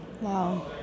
Wow